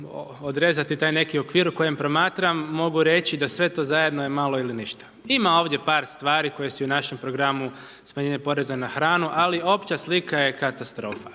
odrezati taj neki okvir u kojem promatram, mogu reći da sve to zajedno je malo ili ništa. ima ovdje par stvari koje su i u našem programu, smanjenje poreza na hranu, ali opća slika je katastrofa.